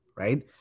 Right